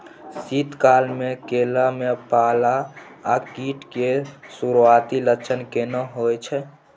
शीत काल में केला में पाला आ कीट के सुरूआती लक्षण केना हौय छै?